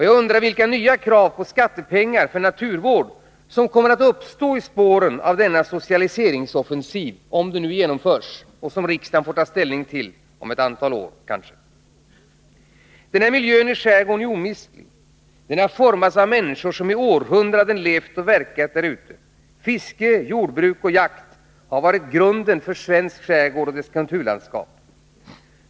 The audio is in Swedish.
Jag undrar vilka nya krav på skattepengar för naturvård som kommer att uppstå i spåren av denna socialiseringsoffensiv — om den nu genomförs — och som riksdagen kommer att få ta ställning till om ett antal år. Skärgårdsmiljön är omistlig. Den har formats av människor som i århundraden har levt och verkat där. Fisket, jordbruket och jakten har varit grunden för skärgårdens kulturlandskap.